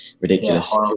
ridiculous